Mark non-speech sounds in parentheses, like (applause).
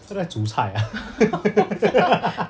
他在煮菜啊 (laughs)